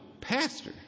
pastor